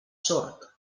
sord